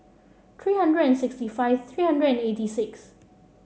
three hundred and sixty five three hundred and eighty six